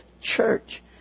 church